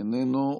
איננו,